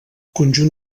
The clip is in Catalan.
conjunt